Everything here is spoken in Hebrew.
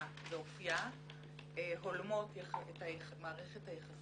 ואופייה הולמות את מערכת היחסים באמת.